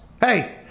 Hey